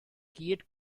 gyd